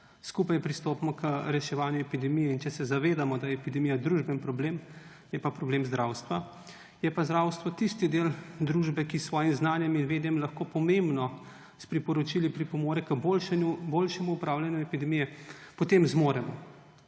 skupaj pristopimo k reševanju epidemije in se zavedamo, da je epidemija družbeni problem, je pa problem zdravstva, je pa zdravstvo tisti del družbe, ki s svojim znanjen in vedam lahko pomembno s priporočili pripomore k boljšemu upravljanju epidemije, potem zmoremo.